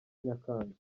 nyakanga